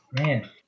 Man